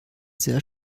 sehr